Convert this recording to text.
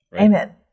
Amen